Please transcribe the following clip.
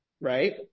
right